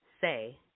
Say